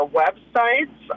websites